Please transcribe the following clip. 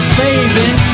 saving